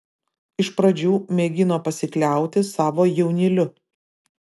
iš pradžių mėgino pasikliauti savo jaunyliu